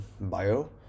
bio